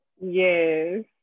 Yes